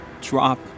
drop